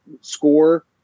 score